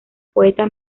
poeta